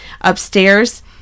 upstairs